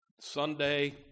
Sunday